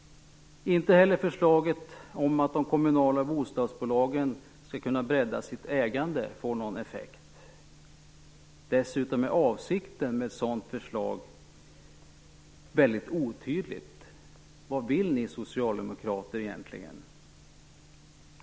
Inte heller förslaget om att de kommunala bostadsbolagen skall kunna bredda sitt ägande får någon effekt. Dessutom är avsikten med ett sådant förslag mycket otydligt. Vad vill ni socialdemokrater egentligen?